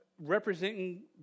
representing